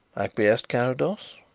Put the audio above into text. acquiesced carrados.